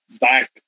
back